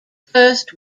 first